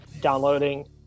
downloading